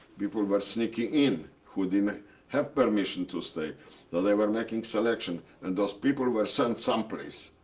people were sneaking in who didn't have permission to stay. so they were making selection, and those people were sent some place.